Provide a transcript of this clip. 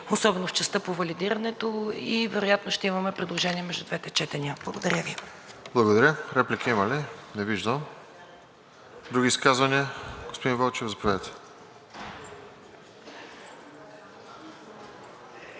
особено в частта по валидирането, и вероятно ще имаме предложения между двете четения. Благодаря Ви. ПРЕДСЕДАТЕЛ РОСЕН ЖЕЛЯЗКОВ: Благодаря. Реплики има ли? Не виждам. Други изказвания? Господин Вълчев, заповядайте.